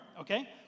okay